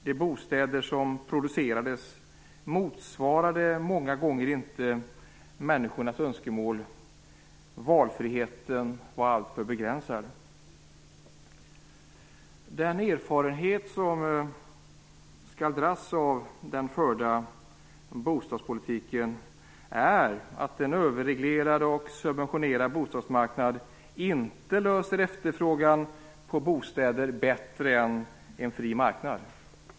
De bostäder som producerades motsvarade många gånger inte människornas önskemål. Valfriheten var alltför begränsad. Den erfarenhet som skall dras av den förda bostadspolitiken är att en överreglerad och subventionerad bostadsmarknad inte löser efterfrågan på bostäder bättre än en fri marknad.